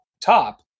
top